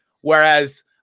Whereas